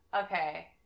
Okay